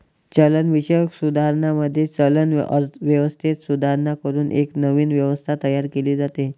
चलनविषयक सुधारणांमध्ये, चलन व्यवस्थेत सुधारणा करून एक नवीन व्यवस्था तयार केली जाते